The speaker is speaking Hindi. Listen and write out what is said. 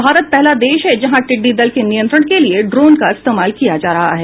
भारत पहला देश है जहां टिड्डी दल के नियंत्रण के लिए ड्रोन का इस्तेमाल किया जा रहा है